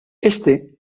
éste